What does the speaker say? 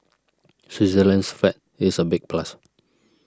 Switzerland's flag is a big plus